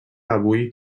avui